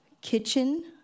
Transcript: kitchen